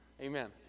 Amen